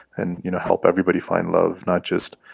and you know, help everybody find love not just,